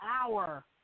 hour